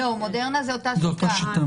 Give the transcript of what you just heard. לא, מודרנה זה אותה שיטה.